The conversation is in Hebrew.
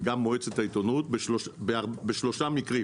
וגם מועצת העיתונות בשלושה מקרים.